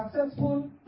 successful